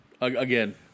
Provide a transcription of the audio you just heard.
Again